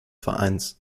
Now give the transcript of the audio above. vereins